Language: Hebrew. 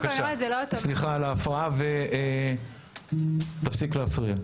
סליחה על ההפרעה, ותפסיק להפריע.